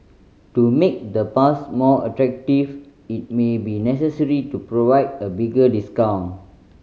to make the pass more attractive it may be necessary to provide a bigger discount